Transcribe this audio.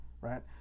Right